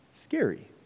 scary